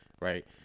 right